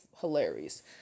hilarious